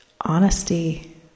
Honesty